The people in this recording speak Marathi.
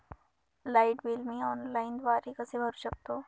लाईट बिल मी ऑनलाईनद्वारे कसे भरु शकतो?